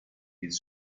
his